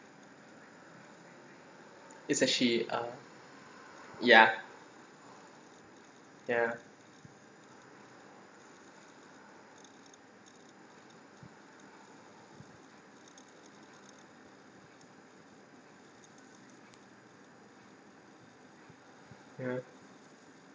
it's that she uh ya ya